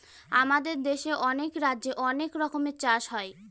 আমাদের দেশে অনেক রাজ্যে অনেক রকমের চাষ হয়